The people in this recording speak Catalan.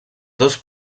dos